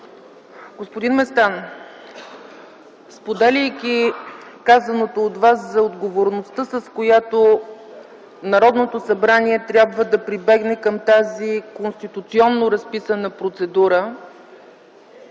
Господин Местан, споделяйки казаното от Вас за отговорността, с която Народното събрание трябва да прибегне към тази конституционно разписана процедура